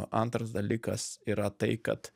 antras dalykas yra tai kad